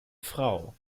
frau